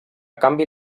canvi